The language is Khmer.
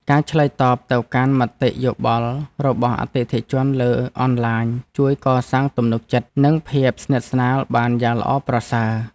ការឆ្លើយតបទៅកាន់មតិយោបល់របស់អតិថិជនលើអនឡាញជួយកសាងទំនុកចិត្ត និងភាពស្និទ្ធស្នាលបានយ៉ាងល្អប្រសើរ។